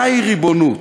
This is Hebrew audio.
מהי ריבונות?